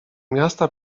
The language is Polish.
miasta